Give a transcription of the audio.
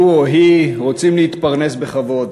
הוא או היא רוצים להתפרנס בכבוד.